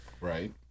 right